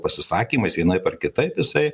pasisakymais vienaip ar kitaip jisai